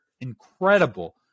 incredible